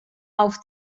auf